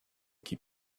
keep